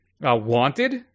wanted